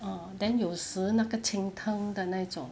ah then 有时那个 cheng-tng 的那一种